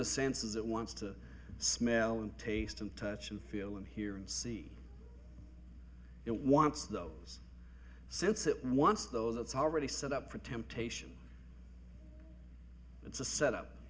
the senses it wants to smell and taste and touch and feel and hear and see it wants those since it wants though that's already set up for temptation it's a set up